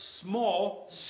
small